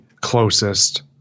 closest